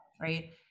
right